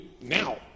now